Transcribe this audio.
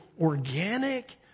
organic